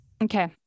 Okay